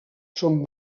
són